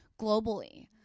globally